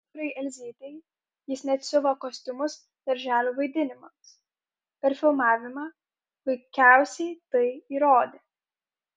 dukrai elzytei jis net siuva kostiumus darželio vaidinimams per filmavimą puikiausiai tai įrodė